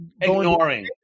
Ignoring